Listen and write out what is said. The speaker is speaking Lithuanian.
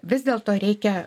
vis dėlto reikia